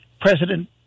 President